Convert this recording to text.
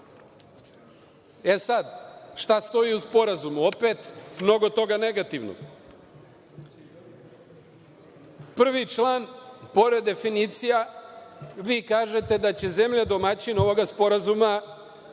kriju. Šta stoji u Sporazumu? Opet, mnogo toga negativnog. Prvi član, pored definicija, vi kažete da će zemlja domaćin ovoga sporazuma